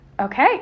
Okay